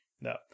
No